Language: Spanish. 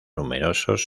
numerosos